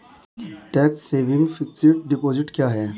Tax saving fixed deposit क्या है?